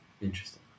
interesting